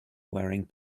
wearing